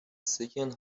second